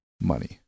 Money